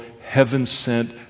heaven-sent